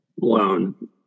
loan